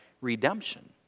redemption